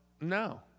No